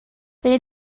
they